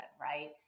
right